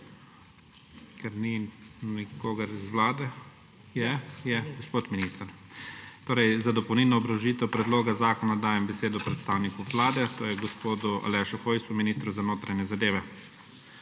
Ker ni nikogar iz Vlade … Je. Gospod minister. Torej za dopolnilno obrazložitev predloga zakona dajem besedo predstavniku Vlade gospodu Alešu Hojsu, ministru za notranje zadeve.